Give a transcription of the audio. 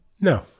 No